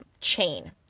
chain